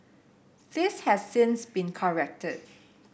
this has since been corrected